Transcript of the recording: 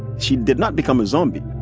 she did not become a zombie.